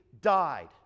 died